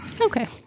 Okay